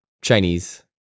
Chinese